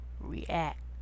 react